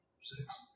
Six